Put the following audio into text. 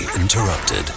interrupted